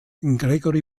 gregory